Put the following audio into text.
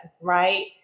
right